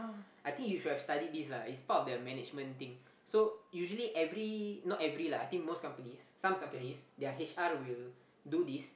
I think you should have studied this lah it's part of the management thing so usually every not every lah I think most companies some companies their h_r will do this